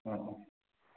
औ